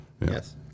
Yes